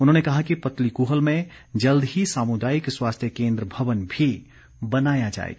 उन्होंने कहा कि पतलीकूहल में जल्द ही सामुदायिक स्वास्थ्य केंद्र भवन भी बनाया जाएगा